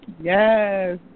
Yes